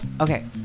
okay